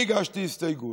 אני הגשתי הסתייגות.